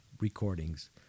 recordings